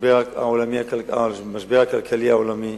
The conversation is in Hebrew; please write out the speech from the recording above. המשבר הכלכלי העולמי,